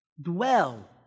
Dwell